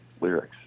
lyrics